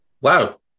Wow